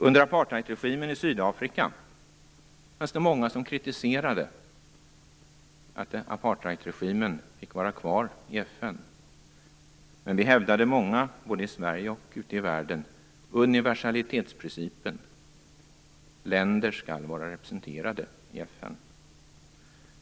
Under apartheidregimens tid i Sydafrika, fanns det många som kritiserade att apartheidregimen fick vara kvar i FN. Många av oss, både i Sverige och ute i världen, hävdade dock universalitetsprincipen. Länder skall vara representerade i FN.